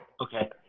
Okay